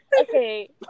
okay